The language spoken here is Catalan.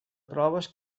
proves